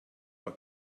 war